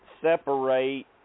separate